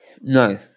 No